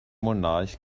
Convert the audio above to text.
monarch